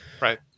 right